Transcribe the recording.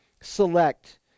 select